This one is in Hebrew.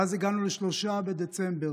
ואז הגענו ל-3 בדצמבר,